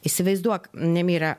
įsivaizduok nemira